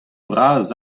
bras